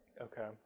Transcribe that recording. okay